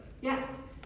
Yes